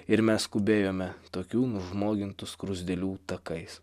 ir mes skubėjome tokių nužmogintų skruzdėlių takais